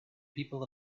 people